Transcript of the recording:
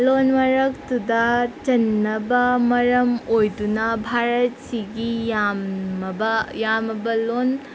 ꯂꯣꯟ ꯃꯔꯛꯇꯨꯗ ꯆꯟꯅꯕ ꯃꯔꯝ ꯑꯣꯏꯗꯨꯅ ꯚꯥꯔꯠꯁꯤꯒꯤ ꯌꯥꯝꯃꯕ ꯌꯥꯝꯃꯕ ꯂꯣꯟ